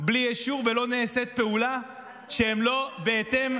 בלי אישור ולא נעשית פעולה שלא בהתאם